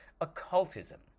occultism